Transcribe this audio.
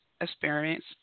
experience